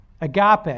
agape